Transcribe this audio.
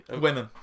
women